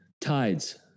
Tides